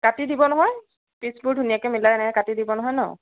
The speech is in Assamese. কাটি দিব নহয় পিচবোৰ ধুনীয়াকৈ মিলাই এনেকৈ কাটি দিব নহয় ন